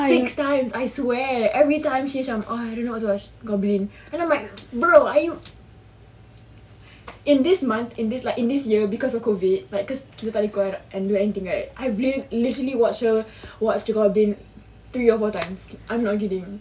six times I swear every time she macam ah I don't know what to watch goblin then I'm like bro are you in this month in this like in this year because of COVID it because kita tak boleh keluar right and cannot do anything right I literally watch the watch goblin three or four times I'm not kidding